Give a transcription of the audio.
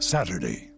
Saturday